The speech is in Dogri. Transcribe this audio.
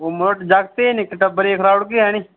ओह् मड़ो जागतै नी टब्बरै गी खलाउड़गे हैनी